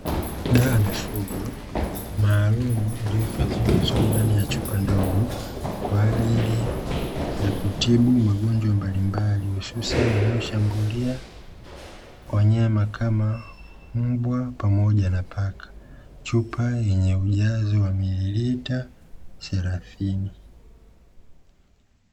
Dawa ya mifugo maalumu iliyo hifadhiwa vizuri ndani ya chupa ndogo kwa ajili ya kutibu magonjwa mbalimbali hususani yanayo shambulia wanyama kama mbwa pamoja na paka, chupa yenye ujazo wa mililita thelathini.